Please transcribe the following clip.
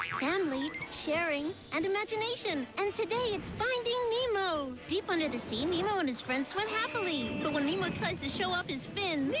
family, sharing and imagination. and today it's finding nemo! deep under the sea, nemo and his friends swim happily. but when nemo tries to show off his fins.